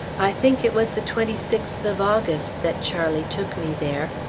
i think it was the twenty sixth of august that charlie took me there.